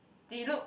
they look